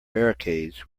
barricades